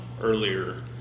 earlier